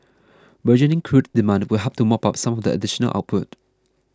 burgeoning crude demand will help to mop up some of the additional output